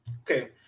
Okay